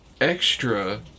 extra